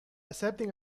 accepting